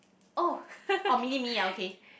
oh